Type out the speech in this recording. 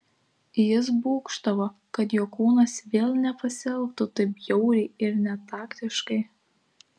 jis būgštavo kad jo kūnas vėl nepasielgtų taip bjauriai ir netaktiškai